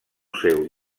seu